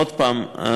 עוד פעם,